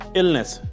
illness